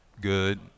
Good